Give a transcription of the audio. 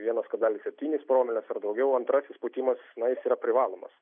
vienas kablelis septynis promilės ar daugiau antrasis pūtimas na jis yra privalomas